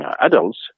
adults